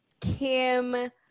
Kim